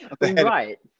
right